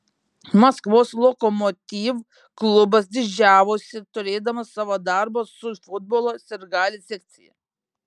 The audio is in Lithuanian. maskvos lokomotiv klubas didžiavosi turėdamas savo darbo su futbolo sirgaliais sekciją